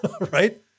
right